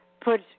put